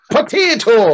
Potato